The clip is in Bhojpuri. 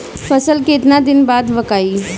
फसल केतना दिन बाद विकाई?